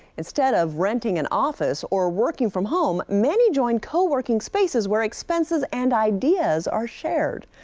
instead of renting an office or working from home, many join co-working spaces, where expenses and ideas are shared.